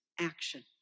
action